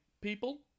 people